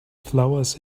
flowers